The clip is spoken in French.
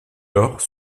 lors